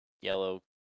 yellow